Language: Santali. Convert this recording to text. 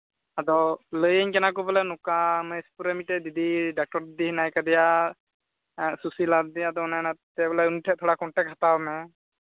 ᱟᱫᱚ ᱞᱟᱹᱭᱟᱹᱧ ᱠᱟᱱᱟ ᱠᱚ ᱵᱚᱞᱮ ᱱᱚᱝᱠᱟ ᱢᱚᱦᱮᱥᱯᱩᱨ ᱨᱮ ᱢᱤᱫᱴᱮᱱ ᱫᱤᱫᱤ ᱰᱟᱠᱛᱚᱨ ᱫᱤᱫᱤ ᱦᱮᱱᱟᱭ ᱠᱟᱫᱮᱭᱟ ᱟᱨ ᱥᱩᱥᱤᱞᱟ ᱫᱤᱫᱤ ᱟᱫᱚ ᱚᱱᱮ ᱚᱱᱟᱛᱮ ᱵᱚᱞᱮ ᱩᱱᱤᱴᱷᱮᱱ ᱛᱷᱚᱲᱟ ᱠᱚᱱᱴᱮᱠᱴ ᱦᱟᱛᱟᱣ ᱢᱮ